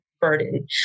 Burden